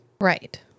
Right